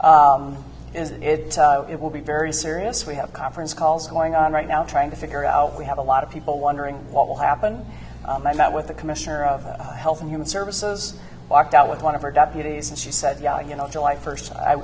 that it it will be very serious we have conference calls going on right now trying to figure out we have a lot of people wondering what will happen and i met with the commissioner of health and human services walked out with one of her deputies and she said yeah you know july first i